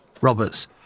Roberts